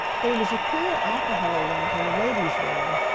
there was a queer alcohol lamp in the ladies room,